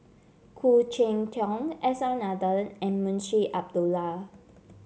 Khoo Cheng Tiong S R Nathan and Munshi Abdullah